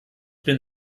bin